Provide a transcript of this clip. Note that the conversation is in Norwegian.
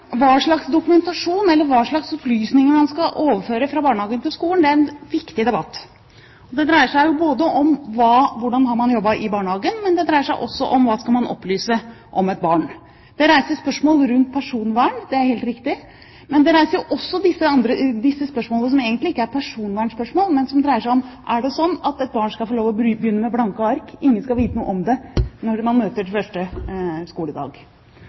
hva slags dokumentasjon eller hva slags opplysninger man skal overføre fra barnehagen til skolen. Det er en viktig debatt, og det dreier seg både om hvordan man har jobbet i barnehagen, og om hva man skal opplyse om et barn. Det reiser spørsmål rundt personvern – det er helt riktig. Men det reiser også spørsmål som ikke egentlig er personvernspørsmål, men som dreier seg om: Er det sånn at et barn skal få lov til å begynne med blanke ark, at ingen skal vite noe om en når man møter til første skoledag?